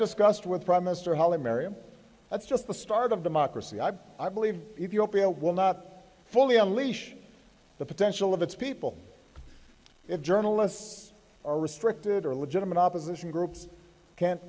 discussed with prime minister helen mary and that's just the start of democracy i'm i believe if you will be a will not fully unleash the potential of its people if journalists are restricted or legitimate opposition groups can't